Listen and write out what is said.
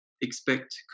expect